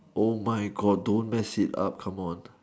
oh my god don't mess it up come on